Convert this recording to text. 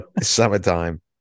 summertime